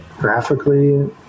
Graphically